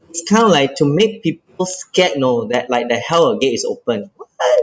is kind of like to make people scared you know that like the hell gate is open what